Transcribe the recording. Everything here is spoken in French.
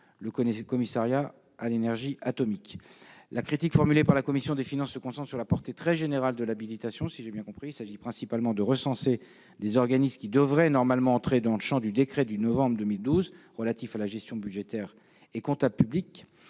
le Commissariat à l'énergie atomique. La critique formulée par la commission des finances du Sénat se concentre sur la portée très générale de l'habilitation. Il s'agit principalement de recenser les organismes qui devraient normalement entrer dans le champ du décret du 7 novembre 2012 relatif à la gestion budgétaire et comptable publique